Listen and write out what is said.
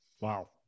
Wow